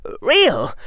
real